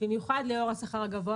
במיוחד לאור השכר הגבוה